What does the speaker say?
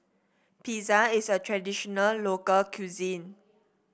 pizza is a traditional local cuisine